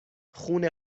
خون